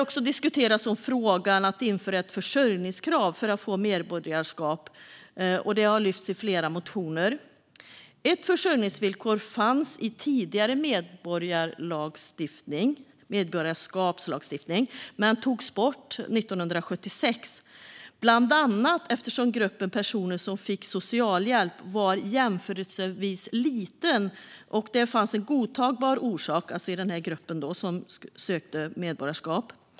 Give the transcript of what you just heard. Frågan om att införa ett försörjningskrav för att få medborgarskap har diskuterats och lyfts upp i flera motioner. Ett försörjningsvillkor fanns i tidigare medborgarskapslagstiftning, men det togs bort 1976, bland annat eftersom gruppen personer som fick socialhjälp var jämförelsevis liten och det fanns en godtagbar orsak i gruppen som sökte medborgarskap.